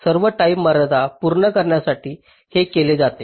सर्व टाईम मर्यादा पूर्ण करण्यासाठी हे केले जाते